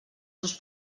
seus